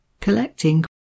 collecting